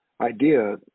idea